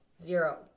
Zero